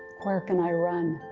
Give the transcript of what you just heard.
where can i run?